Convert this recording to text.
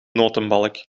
notenbalk